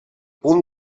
punt